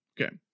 Okay